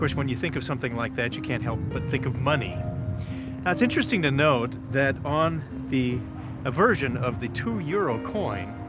when you think of something like that you can't help but think of money. now ah it's interesting to note that on the ah version of the two euro coin,